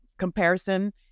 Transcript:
comparison